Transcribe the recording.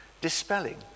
dispelling